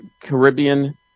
Caribbean